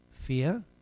fear